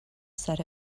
said